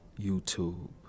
YouTube